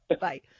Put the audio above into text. Bye